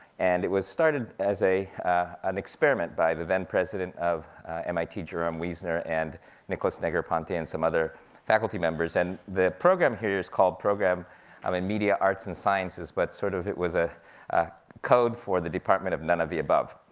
and it was started as an experiment by the then president of mit, jerome wiesner and nicolas negroponte, and some other faculty members, and the program here is called program of media arts and sciences, but sort of, it was a code for the department of none of the above.